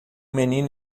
menino